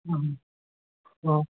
অ অ